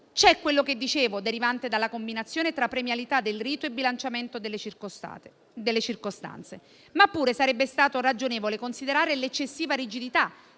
C'è quello che dicevo, derivante dalla combinazione tra premialità del rito e bilanciamento delle circostanze. Ma pure sarebbe stato ragionevole considerare l'eccessiva rigidità,